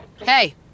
Hey